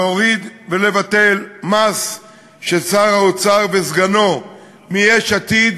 להוריד ולבטל מס ששר האוצר וסגנו מיש עתיד